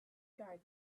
guy